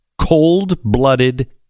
cold-blooded